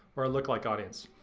or a lookalike audience.